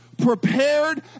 prepared